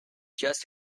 just